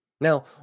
Now